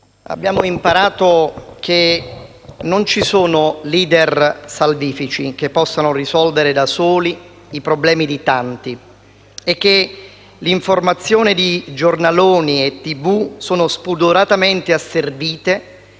abbiamo imparato che non ci sono *leader* salvifici che possano risolvere da soli i problemi di tanti e che l'informazione di giornaloni e televisioni sono spudoratamente asservite